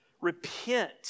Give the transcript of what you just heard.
repent